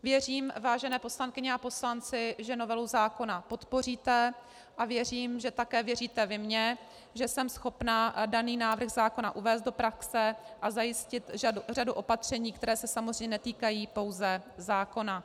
Věřím, vážené poslankyně a poslanci, že novelu zákona podpoříte, a věřím, že také věříte vy mně, že jsme schopná daný návrh zákona uvést do praxe a zajistit řadu opatření, která se samozřejmě netýkají pouze zákona.